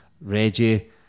Reggie